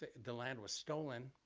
the land was stolen